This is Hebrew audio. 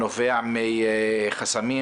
נובע מחסמים,